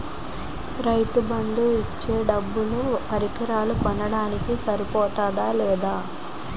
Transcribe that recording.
రైతు బందు ఇచ్చే డబ్బులు పరికరాలు కొనడానికి సరిపోతుందా లేదా?